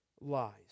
Lies